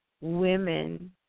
women